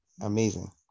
Amazing